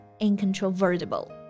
Incontrovertible